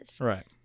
Right